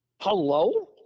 Hello